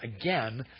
again